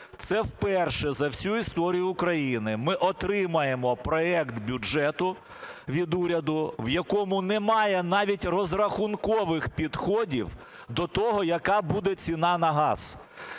це вперше за всю історію України ми отримаємо проект бюджету від уряду, в якому немає навіть розрахункових підходів до того, яка буде ціна на газ.